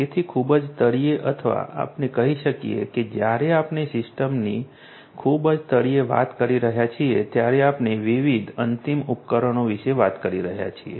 તેથી ખૂબ જ તળિયે અથવા આપણે કહી શકીએ કે જ્યારે આપણે સિસ્ટમની ખૂબ જ તળિયે વાત કરી રહ્યા છીએ ત્યારે આપણે વિવિધ અંતિમ ઉપકરણો વિશે વાત કરી રહ્યા છીએ